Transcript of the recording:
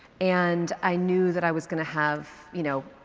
and i knew that i was going to have, you know,